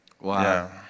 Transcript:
Wow